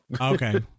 Okay